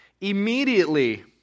Immediately